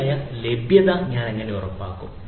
ശരിയായ ലഭ്യത ഞാൻ എങ്ങനെ ഉറപ്പാക്കും